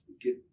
get